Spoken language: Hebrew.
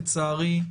לצערי,